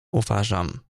uważam